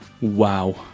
Wow